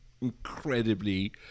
incredibly